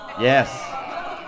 Yes